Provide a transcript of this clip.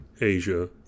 Asia